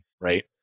right